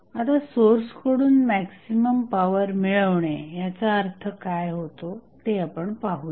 आता सोर्सकडून maximum power मिळवणे याचा अर्थ काय होतो ते आपण पाहूया